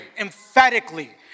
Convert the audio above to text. emphatically